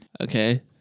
Okay